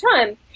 time